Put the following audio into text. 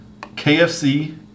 KFC